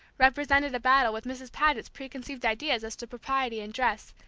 represented a battle with mrs. paget's preconceived ideas as to propriety in dress,